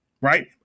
right